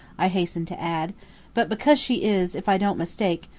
i hastened to add but because she is, if i don't mistake,